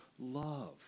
Love